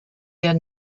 der